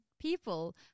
people